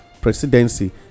presidency